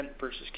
versus